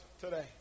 today